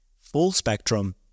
full-spectrum